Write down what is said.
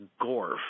GORF